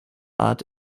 art